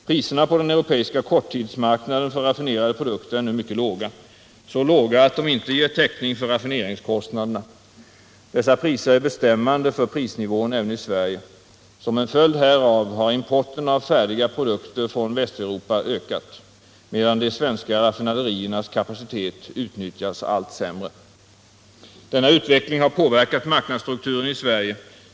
Priserna på den europeiska korttidsmarknaden för raffinerade produkter är nu mycket låga, så låga att de inte ger täckning för raffineringskostnaderna. Dessa priser är bestämmande för prisnivån även i Sverige. Som en följd härav har importen av färdiga produkter från Västeuropa ökat, medan de svenska raffinaderiernas kapacitet utnyttjas allt sämre. Denna utveckling har påverkat marknadsstrukturen i Sverige.